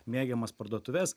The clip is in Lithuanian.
mėgiamas parduotuves